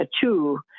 two